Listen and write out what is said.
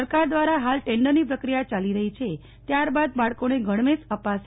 સરકાર દ્વારા હાલ ટેન્ડરની પ્રક્રિયા ચાલી રહી છે ત્યારબાદ બાળકોને ગણવેશ અપાશે